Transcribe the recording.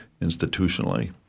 institutionally